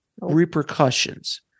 repercussions